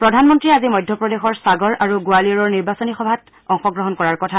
প্ৰধানমন্ত্ৰীয়ে আজি মধ্য প্ৰদেশৰ সাগৰ আৰু গোৱালিয়ৰৰ নিৰ্বাচনী সভাত অংশগ্ৰহণ কৰাৰ কথা